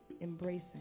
embracing